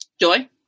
Joy